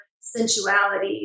sensuality